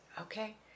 Okay